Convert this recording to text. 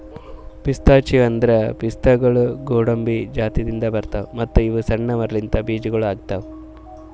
pistachio ಅಂದುರ್ ಪಿಸ್ತಾಗೊಳ್ ಗೋಡಂಬಿ ಜಾತಿದಿಂದ್ ಬರ್ತಾವ್ ಮತ್ತ ಇವು ಸಣ್ಣ ಮರಲಿಂತ್ ಬೀಜಗೊಳ್ ಆತವ್